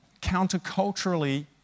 counterculturally